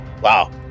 Wow